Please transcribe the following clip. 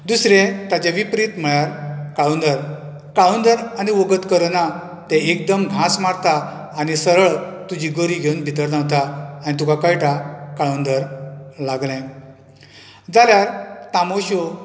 दुसरें ताचें विप्रीत म्हळ्यार काळूंदर काळूंदर आनी ओगत करना तें एकदम घांस मारता आनी सरळ तुजी गरी घेवन भितर धांवता आनी तुका कळटा काळूंदर लागलें जाल्यार तामुश्यो